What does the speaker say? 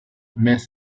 mais